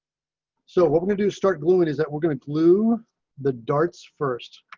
so what we're gonna do, start gluing is that we're going to glue the darts first